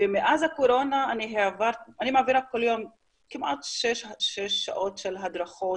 ומאז הקורונה אני מעבירה כל יום כמעט שש שעות של הדרכות